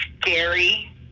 scary